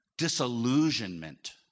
disillusionment